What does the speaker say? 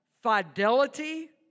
fidelity